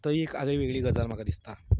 थंय एक आगळी वेगळी गजाल म्हाका दिसता